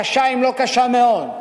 קשה, אם לא קשה מאוד.